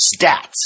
stats